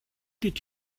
did